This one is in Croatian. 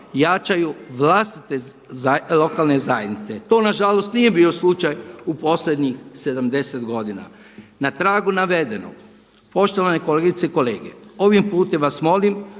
jačaju vlastite lokalne zajednice. To nažalost nije bio slučaj u posljednjih 70 godina. Na tragu navedenog poštovane kolegice i kolege, ovim putem vas molim